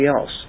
else